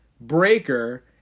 Breaker